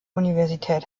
universität